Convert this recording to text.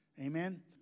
Amen